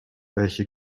welche